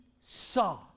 saw